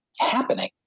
happening